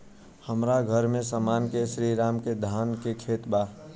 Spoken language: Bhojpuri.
हमर घर के सामने में श्री राम के धान के खेत बा